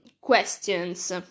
questions